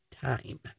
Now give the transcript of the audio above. time